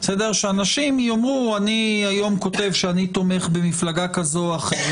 שאנשים יאמרו: אני היום כותב שאני תומך במפלגה כזאת או אחרת,